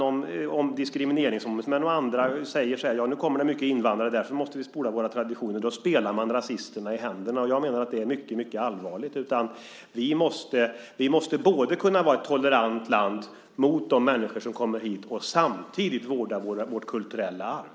Om diskrimineringsombudsmän och andra säger: Nu kommer det mycket invandrare, och därför måste vi spola våra traditioner, då spelar man rasisterna i händerna. Jag menar att det är mycket allvarligt. Vi måste både kunna vara ett land som är tolerant mot de människor som kommer hit och vårda vårt kulturella arv.